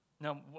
Now